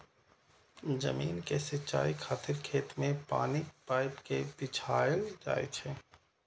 जमीन के सिंचाइ खातिर खेत मे पानिक पाइप कें बिछायल जाइ छै